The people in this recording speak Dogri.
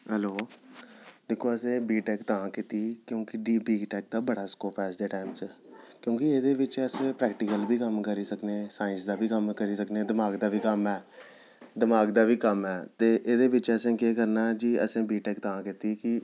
हैलो दिक्खो असें बी टेक तां कीती क्योंकि बी टेक दा बड़ा स्कोप ऐ अज्ज दे टैम च क्योंकि एह्दे बिच अस प्रैक्टिकल बी कम्म करी सकने साइंस दा बी कम्म करी सकने दमाक दा बी कम्म ऐ दमाक दा बी कम्म ऐ ते एह्दे बिच असें केह् करना जी असें बी टेक तां कीती कि